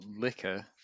liquor